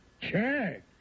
Check